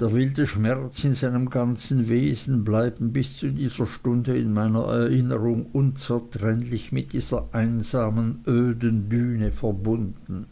der wilde schmerz in seinem ganzen wesen bleiben bis zu dieser stunde in meiner erinnerung unzertrennlich mit dieser einsamen öden düne verbunden